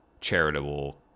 charitable